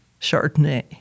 Chardonnay